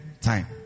time